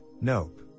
nope